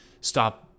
stop